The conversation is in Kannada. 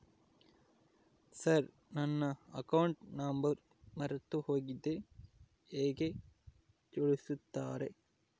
ಸರ್ ನನ್ನ ಅಕೌಂಟ್ ನಂಬರ್ ಮರೆತುಹೋಗಿದೆ ಹೇಗೆ ತಿಳಿಸುತ್ತಾರೆ?